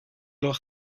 gloch